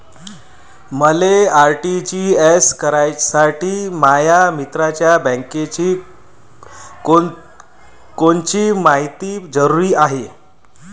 मले आर.टी.जी.एस करासाठी माया मित्राच्या बँकेची कोनची मायती जरुरी हाय?